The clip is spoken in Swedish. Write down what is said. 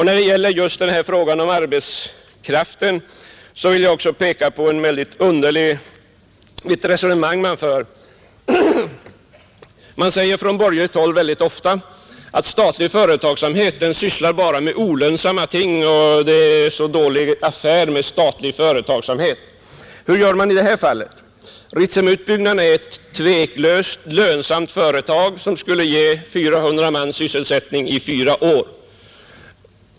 När det gäller just frågan om arbetskraften vill jag också peka på ett underligt resonemang som man för. Man säger ofta från borgerligt håll att statliga företag bara sysslar med olönsamma ting och att statlig företagsamhet är en dålig affär. Hur gör man i detta fall? Ritsemutbyggnaden är ett tveklöst lönsamt företag som skulle ge 400 man sysselsättning i fyra år.